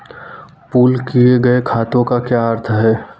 Pool किए गए खातों का क्या अर्थ है?